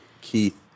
Keith